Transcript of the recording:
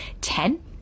Ten